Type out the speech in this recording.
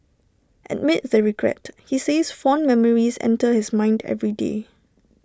amid the regret he says fond memories enter his mind every day